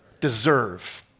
Deserve